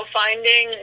finding